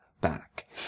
back